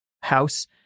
house